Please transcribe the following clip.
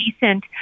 decent